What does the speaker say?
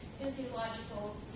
physiological